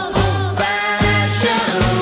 old-fashioned